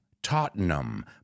Tottenham